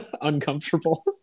uncomfortable